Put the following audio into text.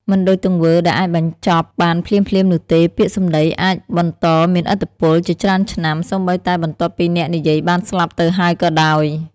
មិនដូចទង្វើដែលអាចបញ្ចប់បានភ្លាមៗនោះទេ ពាក្យសម្ដីអាច បន្តមានឥទ្ធិពល ជាច្រើនឆ្នាំ សូម្បីតែបន្ទាប់ពីអ្នកនិយាយបានស្លាប់ទៅហើយក៏ដោយ។